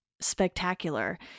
spectacular